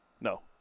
No